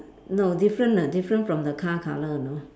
no different ah different from the car colour you know